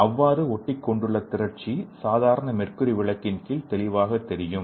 அவ்வாறு ஒட்டிக் கொண்டுள்ள திரட்சி சாதாரண மெர்க்குரி விளக்கின் கீழ் தெளிவாகத் தெரியும்